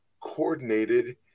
coordinated